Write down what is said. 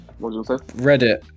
reddit